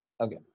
Okay